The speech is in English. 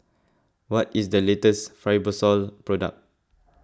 what is the latest Fibrosol product